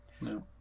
No